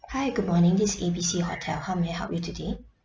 hi good morning this is A B C hotel how may I help you today